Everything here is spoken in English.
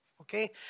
Okay